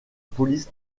police